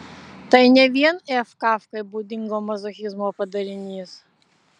tai ne vien f kafkai būdingo mazochizmo padarinys